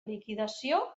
liquidació